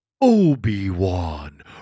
Obi-Wan